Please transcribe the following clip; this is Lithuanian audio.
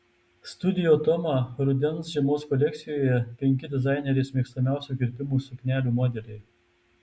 studio toma rudens žiemos kolekcijoje penki dizainerės mėgstamiausių kirpimų suknelių modeliai